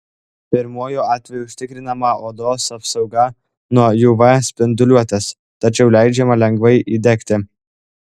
pirmuoju atveju užtikrinama odos apsauga nuo uv spinduliuotės tačiau leidžiama lengvai įdegti